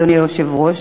אדוני היושב-ראש,